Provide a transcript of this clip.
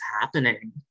happening